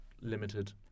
limited